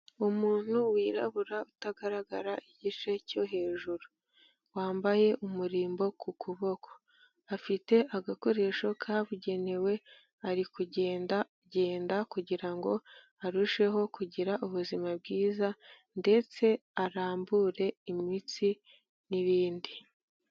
Umuntu wirabura utagaragara igice cyo hejuru, wambaye umurimbo ku kuboko, afite agakoresho kabugenewe ari kugendagenda kugira ngo arusheho kugira ubuzima bwiza ndetse arambure imitsi n'ibindi.